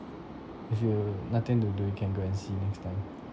if you nothing to do you can go and see next time